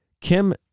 Kim